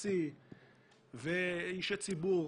זימון אישי לתת ניצב גיא ניר,